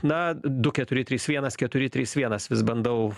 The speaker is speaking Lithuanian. na du keturi trys vienas keturi trys vienas vis bandau